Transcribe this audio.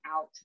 out